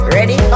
Ready